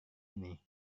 ini